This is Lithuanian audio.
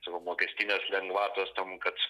savomokestinės lengvatos tam kad